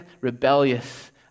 rebellious